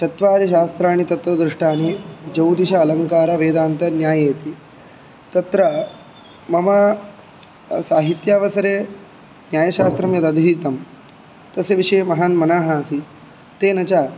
चत्वारि शास्त्राणि तत्र दृष्टानि ज्यौतिष अलङ्कारवेदान्तन्यायेति तत्र मम साहित्यावसरे न्यायशासत्रं यदधीतं तस्य विषये महान् मनः आसीत् तेन च